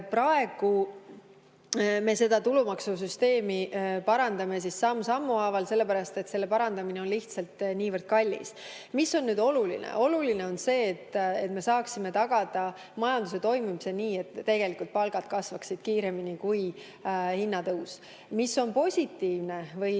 parandame seda tulumaksusüsteemi samm sammu haaval, sellepärast et selle parandamine on lihtsalt niivõrd kallis. Mis on oluline? Oluline on see, et me saaksime tagada majanduse toimimise nii, et palgad kasvaksid kiiremini kui hinnad. Positiivne või